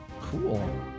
Cool